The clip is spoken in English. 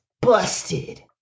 Busted